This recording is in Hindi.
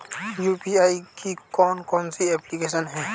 यू.पी.आई की कौन कौन सी एप्लिकेशन हैं?